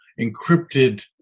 encrypted